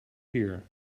here